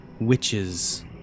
witches